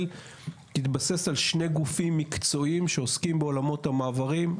תתבסס על שני גופים מקצועיים שעוסקים בעולמות המעברים,